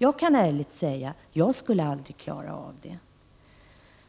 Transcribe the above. Jag kan ärligt säga att jag inte skulle klara av det.